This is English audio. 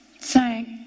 Thank